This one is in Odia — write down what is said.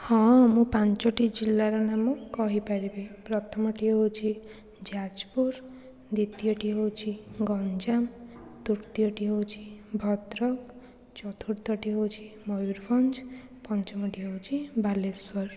ହଁ ମୁଁ ପାଞ୍ଚୋଟି ଜିଲ୍ଲାର ନାମ କହିପାରିବି ପ୍ରଥମଟି ହେଉଛି ଯାଜପୁର ଦ୍ଵିତୀୟଟି ହେଉଛି ଗଞ୍ଜାମ ତୃତୀୟଟି ହେଉଛି ଭଦ୍ରକ ଚତୁର୍ଥଟି ହେଉଛି ମୟୁରଭଞ୍ଜ ପଞ୍ଚମଟି ହେଉଛି ବାଲେଶ୍ଵର